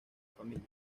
familia